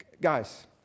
Guys